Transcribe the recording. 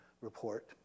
report